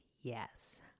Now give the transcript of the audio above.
yes